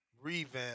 revamp